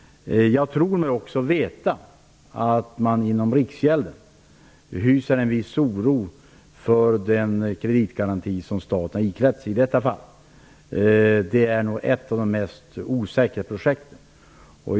Jag tror mig också veta att man inom Riksgälden hyser en viss oro för den kreditgaranti som staten iklätts i detta fall. Det är nog ett av de mest osäkra projekten.